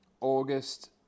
August